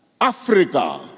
Africa